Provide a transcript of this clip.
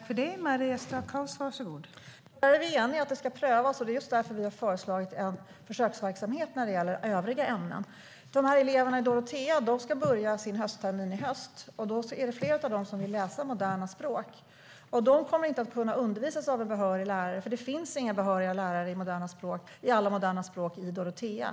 Fru talman! Vi är eniga om att det ska prövas. Det är just därför vi har föreslagit en försöksverksamhet när det gäller övriga ämnen. Till höstterminen är det flera elever i Dorotea som vill läsa moderna språk. De kommer inte att kunna undervisas av en behörig lärare därför att det inte finns behöriga lärare i alla moderna språk i Dorotea.